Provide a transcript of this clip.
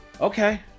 okay